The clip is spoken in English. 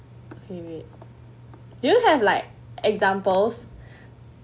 okay wait do you have like examples